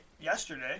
yesterday